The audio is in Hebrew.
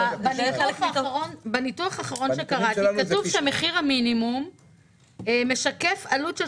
בניתוח האחרון שקראתי כתוב שמחיר המינימום משקף עלות של